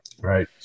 right